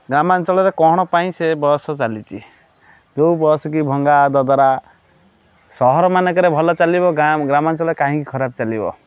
ଗ୍ରାମାଞ୍ଚଳରେ କ'ଣ ପାଇଁ ସେ ବସ୍ ଚାଲିଛି ଯେଉଁ ବସ୍ କି ଭଙ୍ଗା ଦଦରା ସହର ମାନଙ୍କରେ ଭଲ ଚାଲିବ ଗାଁ ଗ୍ରାମାଞ୍ଚଳରେ କାହିଁକି ଖରାପ ଚାଲିଵ